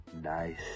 nice